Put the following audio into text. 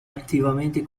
attivamente